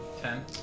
Ten